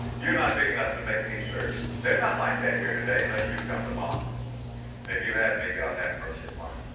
you're not big enough to make me serve you. there're none like that here today unless you've come to mock. and if you have, may god have mercy upon you.